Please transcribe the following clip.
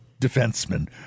defenseman